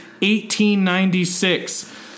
1896